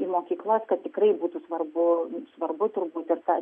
į mokyklas kad tikrai būtų svarbu svarbu turbūt ir ta